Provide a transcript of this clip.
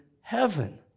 heaven